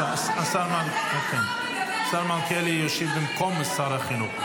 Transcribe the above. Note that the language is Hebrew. משה רוט: השר מלכיאלי ישיב במקום שר החינוך,